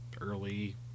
Early